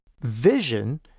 vision